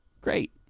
Great